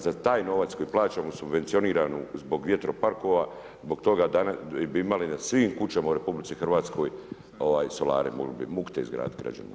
Za taj novac koji plaćamo subvencioniranu zbog vjetroparkova, zbog toga danas bi imali na svim kućama u RH solare, mogli bi mukte izgraditi građanima.